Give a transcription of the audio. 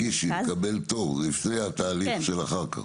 תדגישי, זה לקבל תור, לפני התהליך של אחר כך.